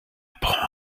apprend